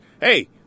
Hey